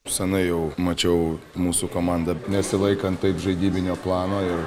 senai jau mačiau mūsų komandą nesilaikant taip žaidybinio plano ir